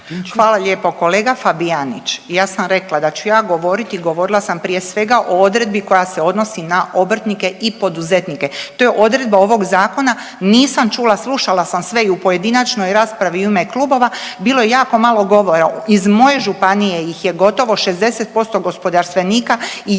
Hvala lijepo. Kolega Fabijanić, ja sam rekla da ću ja govoriti i govorila sam prije svega o odredbi koja se odnosi na obrtnike i poduzetnike, to je odredba ovog zakona, nisam čula, slušala sam sve i u pojedinačnoj raspravi i u ime klubova, bilo je jako malo govora. Iz moje županije ih je gotovo 60% gospodarstvenika i jako